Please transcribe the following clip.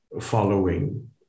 following